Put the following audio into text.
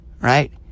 right